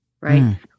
right